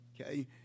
Okay